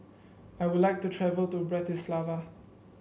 I would like to travel to Bratislava